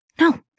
No